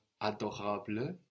adorable